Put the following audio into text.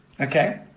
Okay